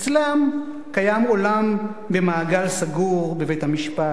אצלם קיים עולם במעגל סגור בבית-המשפט,